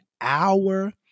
hour